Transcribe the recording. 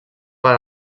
per